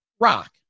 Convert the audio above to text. rock